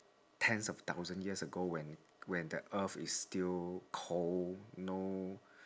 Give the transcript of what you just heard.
tens of thousands years ago when when the earth is still cold no